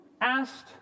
asked